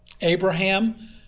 Abraham